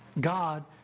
God